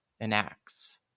enacts